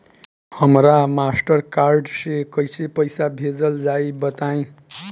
हमरा Mastercard से कइसे पईसा भेजल जाई बताई?